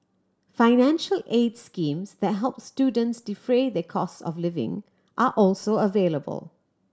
financial aid schemes that help students defray their cost of living are also available